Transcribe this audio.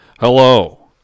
Hello